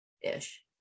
ish